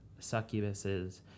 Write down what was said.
succubuses